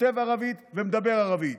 כותב ערבית ומדבר ערבית